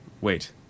Wait